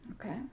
okay